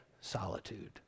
solitude